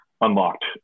unlocked